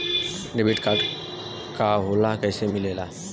Debit card का होला कैसे मिलेला?